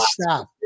stop